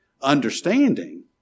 Understanding